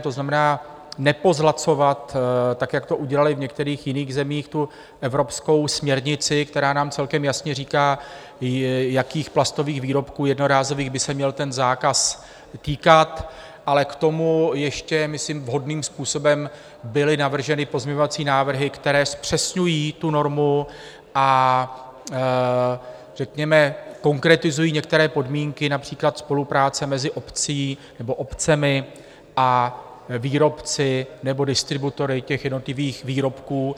To znamená nepozlacovat, tak jak to udělaly v některých jiných zemích, tu evropskou směrnici, která nám celkem jasně říká, jakých plastových výrobků jednorázových by se měl ten zákaz týkat, ale k tomu ještě myslím vhodným způsobem byly navrženy pozměňovací návrhy, které zpřesňují tu normu a řekněme konkretizují některé podmínky například spolupráce mezi obcemi a výrobci nebo distributory těch jednotlivých výrobků.